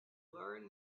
learn